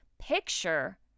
picture